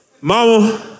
Mama